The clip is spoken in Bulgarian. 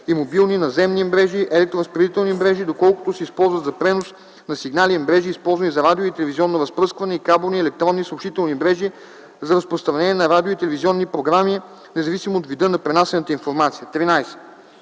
и мобилни наземни мрежи, електроразпределителни мрежи, доколкото се използват за пренос на сигнали, мрежи, използвани за радио- и телевизионно разпръскване, и кабелни електронни съобщителни мрежи за разпространение на радио- и телевизионни програми, независимо от вида на пренасяната информация.